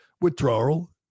withdrawal